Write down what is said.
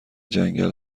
جنگل